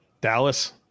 Dallas